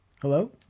Hello